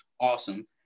awesome